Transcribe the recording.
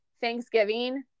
Thanksgiving